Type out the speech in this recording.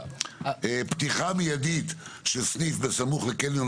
פתיחה מיידית של סניף בסמוך לקניון